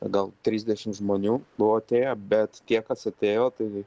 gal trisdešim žmonių plote bet tie kas atėjo tai